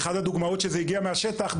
באחת הדוגמאות שהגיעו מהשטח,